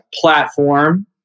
platform